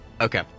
Okay